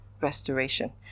restoration